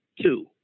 two